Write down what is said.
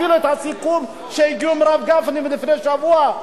אפילו את הסיכום שהגיעו עם הרב גפני לפני שבוע,